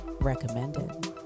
recommended